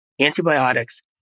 Antibiotics